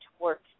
work